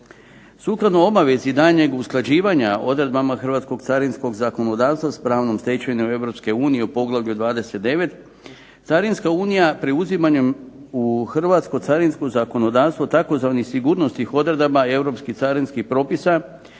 Sukladno obavijesti daljnjeg usklađivanja odredbama hrvatskog carinskog zakonodavstva s pravnom stečevinom Europske unije u poglavlju 29. carinska unija preuzimanjem u hrvatsko carinsko zakonodavstvo tzv. sigurnosnih odredaba europskih carinskih propisa